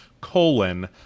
colon